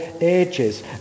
ages